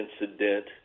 incident